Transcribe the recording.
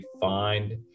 find